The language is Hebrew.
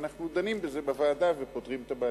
ואנחנו דנים בזה בוועדה ופותרים את הבעיות.